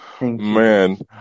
Man